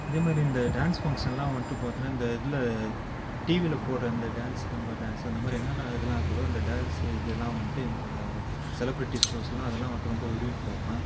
அதேமாதிரி இந்த டான்ஸ் ஃபங்கசனெல்லாம் வந்துட்டு பார்த்தோன்னா இந்த இதில் டிவியில் போடுற இந்த டான்ஸ் தமிழா டான்ஸ்ஸு அந்த மாதிரி என்னென்ன இதெல்லாம் இருக்குதோ அந்த டான்ஸ்ஸு இதெல்லாம் வந்துட்டு இந்த செலப்ரிட்டி ஷோஸ்யெல்லாம் அதெல்லாம் வந்துட்டு ரொம்ப விரும்பி பார்ப்பேன்